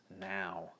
now